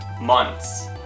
months